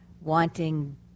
wanting